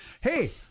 Hey